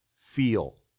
feel